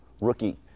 Rookie